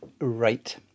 right